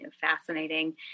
fascinating